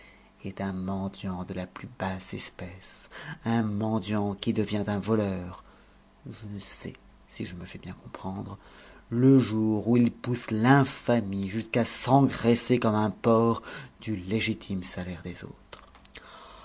est un mendiant de la plus basse espèce un mendiant qui devient un voleur je ne sais si je me fais bien comprendre le jour où il pousse l'infamie jusqu'à s'engraisser comme un porc du légitime salaire des autres